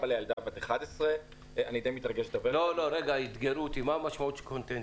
אבא לילדה בת 11. מה משמעות שם משפחתך?